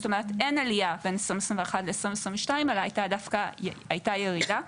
זאת אומרת שאין עליה בין 2021 ל-2022 אלא דווקא הייתה ירידה.